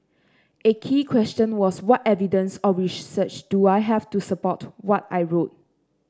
a key question was what evidence or research do I have to support what I wrote